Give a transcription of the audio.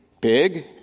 big